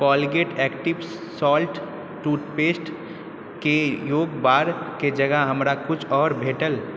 Colgate active salt टूथपेस्टके योगबारके जगह हमरा किछु आओर भेटल